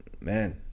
man